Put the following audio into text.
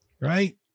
right